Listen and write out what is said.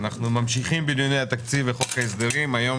היום